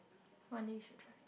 one day should try